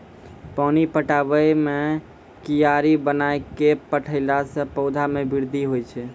पानी पटाबै मे कियारी बनाय कै पठैला से पौधा मे बृद्धि होय छै?